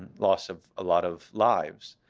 loss of a lot of lives.